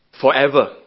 forever